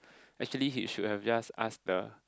actually he should have just ask the